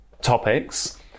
topics